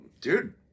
Dude